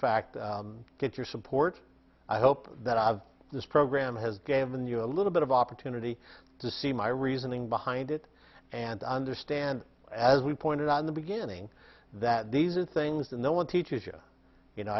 fact get your support i hope that i have this program has given you a little bit of opportunity to see my reasoning behind it and understand as we pointed out in the beginning that these are things that no one teaches you